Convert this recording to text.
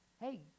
hey